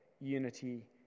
unity